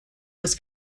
was